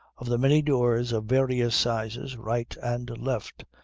of the many doors of various sizes, right and left,